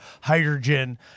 hydrogen